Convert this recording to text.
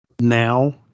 Now